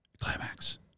climax